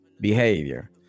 Behavior